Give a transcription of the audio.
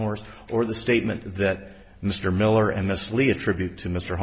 horse or the statement that mr miller and miss lee attribute to mr